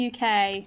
UK